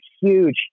huge